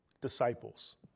disciples